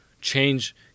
Change